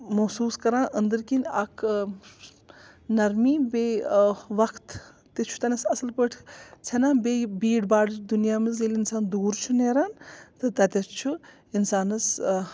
محسوٗس کَران أنٛدرۍ کِنۍ اَکھ نَرمی بیٚیہِ وَقتہٕ تہِ چھُ تٔمِس اَصٕل پٲٹھۍ ژھٮ۪نان بیٚیہِ بیٖڑ باڑٕچ دُنیا منٛز ییٚلہِ اِنسان دوٗر چھُ نیران تہٕ تَتٮ۪تھ چھُ اِنسانَس